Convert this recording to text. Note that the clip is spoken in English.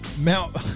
Mount